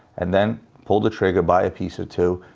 and then pull the trigger. buy a piece or two.